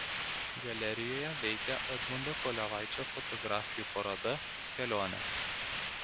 galerijoje veikia edmundo kolevaičio fotografijų paroda kelionės